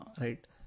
right